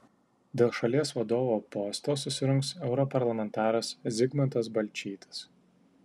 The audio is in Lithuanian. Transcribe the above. dėl šalies vadovo posto susirungs europarlamentaras zigmantas balčytis